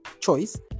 choice